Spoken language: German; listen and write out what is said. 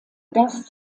das